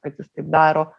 kad jis taip daro